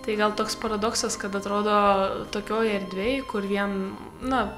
tai gal toks paradoksas kad atrodo tokioj erdvėj kur vien na